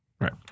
Right